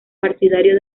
partidario